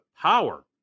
power